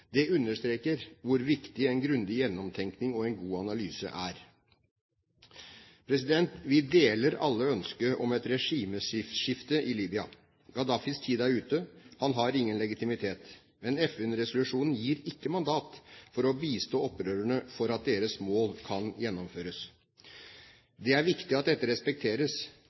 Det understreker hvor viktig en grundig gjennomtenkning og en god analyse er. Vi deler alle ønsket om et regimeskifte i Libya. Gaddafis tid er ute. Han har ingen legitimitet. Men FN-resolusjonen gir ikke mandat til å bistå opprørerne for at deres mål kan gjennomføres. Det er viktig at dette respekteres.